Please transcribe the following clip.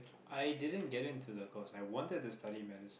i didn't get in to the course I wanted to study medicine